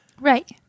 Right